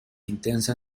intensa